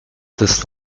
this